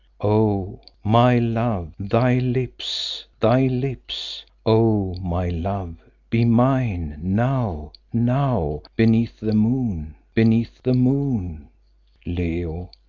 oh! my love, thy lips, thy lips. oh! my love, be mine, now, now, beneath the moon, beneath the moon leo,